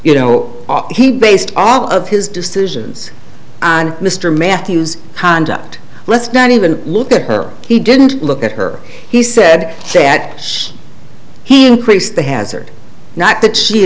you know he based all of his decisions on mr mathews conduct let's not even look at her he didn't look at her he said that he increased the hazard not that she